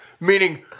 meaning